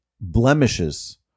blemishes